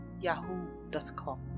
yahoo.com